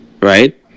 Right